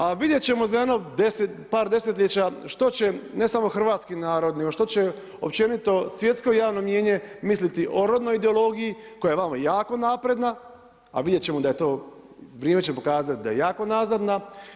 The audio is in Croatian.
A vidjet ćemo jedno za par desetljeća što će ne samo hrvatski narod nego što će općenito svjetsko javno mnijenje misliti o rodnoj ideologiji koja je vama jako napredna a vidjet ćemo da je to, vrijeme će pokazati daje jako nazadna.